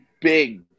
big